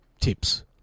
tips